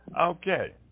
Okay